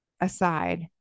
aside